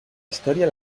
historia